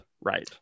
right